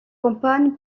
campagne